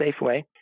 Safeway